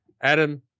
Adam